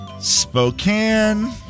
Spokane